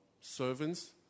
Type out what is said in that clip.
servants